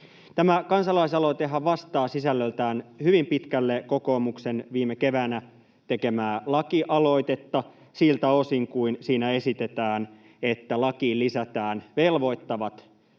Tämä kansalaisaloitehan vastaa sisällöltään hyvin pitkälle kokoomuksen viime keväänä tekemää lakialoitetta siltä osin kuin siinä esitetään, että lakiin lisätään velvoittavat säännökset